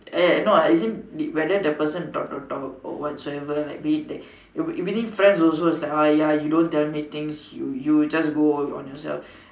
eh no as in did whether the person talk talk talk or whatsoever like be it it within friends also it's like ah ya you don't tell me things you you just go on on yourself